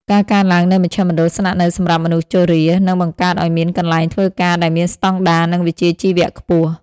ការកើនឡើងនៃមជ្ឈមណ្ឌលស្នាក់នៅសម្រាប់មនុស្សជរា នឹងបង្កើតឱ្យមានកន្លែងធ្វើការដែលមានស្តង់ដារ និងវិជ្ជាជីវៈខ្ពស់។